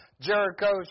Jericho